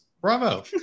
Bravo